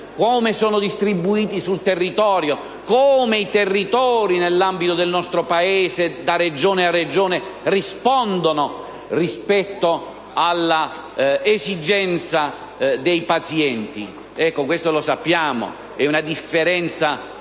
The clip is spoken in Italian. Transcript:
come sono distribuiti sul territorio; come i territori, nell'ambito del nostro Paese, da Regione a Regione, rispondono rispetto all'esigenza dei pazienti. Questo lo sappiamo: c'è una differenza talvolta